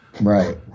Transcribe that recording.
right